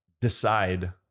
decide